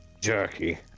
Jerky